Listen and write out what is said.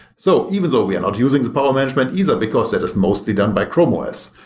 so even though we are not using the power management either because it is mostly done by chrome os.